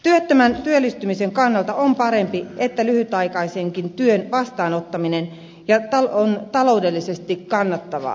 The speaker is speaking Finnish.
työttömän työllistymisen kannalta on parempi että lyhytaikaisenkin työn vastaanottaminen on taloudellisesti kannattavaa